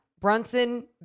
Brunson